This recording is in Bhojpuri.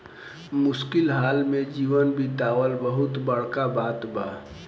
मुश्किल हाल में जीवन बीतावल बहुत बड़का बात बा